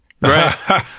right